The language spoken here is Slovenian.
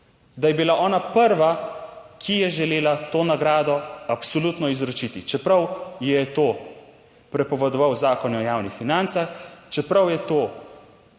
da je bila ona prva, ki je želela to nagrado absolutno izročiti, čeprav je to prepovedoval zakon o javnih financah, čeprav je to